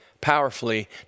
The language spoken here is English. powerfully